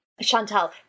Chantal